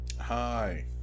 Hi